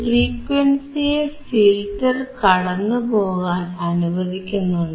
ഫ്രീക്വൻസിയെ filter കടന്നുപോകാൻ അനുവദിക്കുന്നുണ്ട്